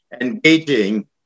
engaging